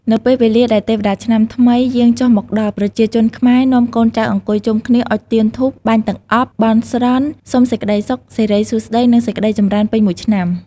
នៅពេលវេលាដែលទេវតាឆ្នាំង្មី យាងចុះមកដល់ ប្រជាជនខ្មែរនាំកូនចៅអង្គុយជុំគ្នា អុជទៀនធូប បាញ់ទឹកអប់ បន់ស្រន់សុំសេចក្ដីសុខ សិរីសួស្ដី និងសេចក្ដីចម្រើនពេញមួយឆ្នាំ។